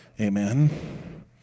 Amen